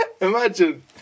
Imagine